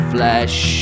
Flesh